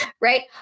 right